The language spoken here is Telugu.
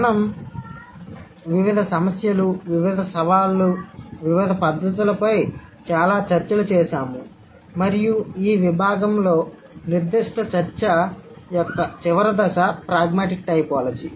మనం వివిధ సమస్యలు వివిధ సవాళ్లు వివిధ పద్ధతులపై చాలా చర్చలు చేసాము మరియు ఈ విభాగం నిర్దిష్ట చర్చ యొక్క చివరి దశ ప్రాగ్మాటిక్ టైపోలాజీ